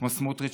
כמו סמוטריץ',